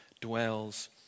dwells